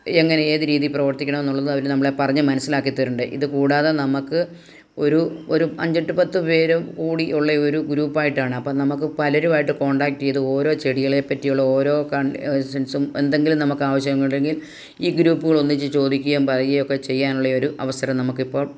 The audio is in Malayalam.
എങ്ങനെ ഏത് രീതിയിൽ പ്രവർത്തിക്കണമെന്നുള്ളത് അവർ നമ്മളെ പറഞ്ഞ് മനസ്സിലാക്കി തരുന്നുണ്ട് ഇത് കൂടാതെ നമുക്ക് ഒരു ഒരു അഞ്ചെട്ട് പത്ത് പേര് കൂടി ഉള്ള ഒരു ഗ്രൂപ്പ് ആയിട്ടാണ് അപ്പം നമുക്ക് പലരുമായിട്ടും കോണ്ടാക്ട് ചെയ്ത് ഓരോ ചെടികളെപ്പറ്റിയുള്ള ഓരോ കണ്ടീഷെൻസും എന്തെങ്കിലും നമുക്ക് ആവശ്യമുണ്ടെങ്കിൽ ഈ ഗ്രൂപ്പുകളൊന്നിച്ച് ചോദിക്കെം പറയേം ഒക്കെ ചെയ്യാനുള്ള ഒരു അവസരം നമുക്കിപ്പോൾ